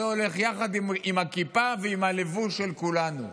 אבל לא הולך יחד עם הכיפה ועם הלבוש של כולנו.